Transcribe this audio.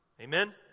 Amen